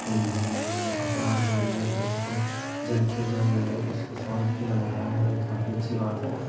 कोई भी अपराध हो रहा है तो उसको जल्द से जल्द उसको सॉल्व किया जा रहा है ये काफ़ी अच्छी बात है